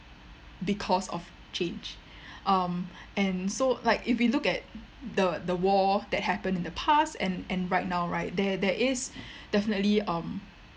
because of change um and so like if we look at the the war that happened in the past and and right now right there there is definitely um